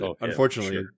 unfortunately